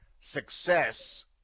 success